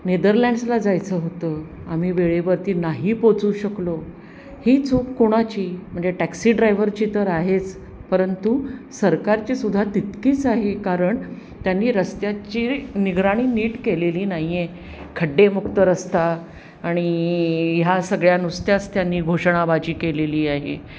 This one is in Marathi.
नेदरलँड्सला जायचं होतं आम्ही वेळेवरती नाही पोचू शकलो ही चूक कोणाची म्हणजे टॅक्सी ड्रायव्हरची तर आहेच परंतु सरकारची सुद्धा तितकीच आहे कारण त्यांनी रस्त्याची निगराणी नीट केलेली नाही आहे खड्डेमुक्त रस्ता आणि ह्या सगळ्या नुसत्याच त्यांनी घोषणाबाजी केलेली आहे